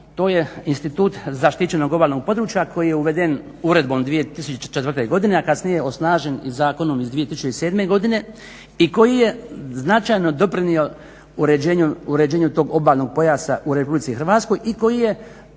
to je institut zaštićenog obalnog područja koji je uveden Uredbom 2004. godine a kasnije osnažen i zakonom iz 2007. godine i koji je značajno doprinuo značenju uređenju tog obalnog pojasa u RH i koji je